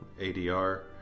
ADR